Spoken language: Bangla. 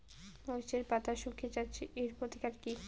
মরিচের পাতা শুকিয়ে যাচ্ছে এর প্রতিকার কি?